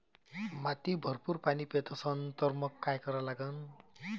माती भरपूर पाणी पेत असन तर मंग काय करा लागन?